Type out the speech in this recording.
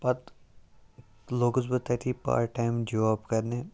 پَتہٕ لوٚگُس بہٕ تٔتی پارٹ ٹایم جوٛاب کَرنہِ